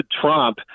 Trump